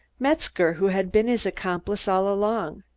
metzger, who had been his accomplice all along.